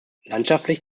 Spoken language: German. landschaftlich